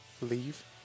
leave